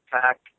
pack